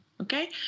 Okay